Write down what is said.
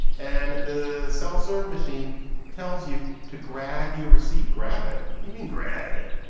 and the self-serve machine tells you to grab your receipt. grab it when you mean grab it.